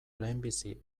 lehenbizi